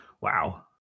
Wow